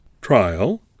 trial